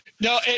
No